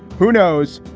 who knows?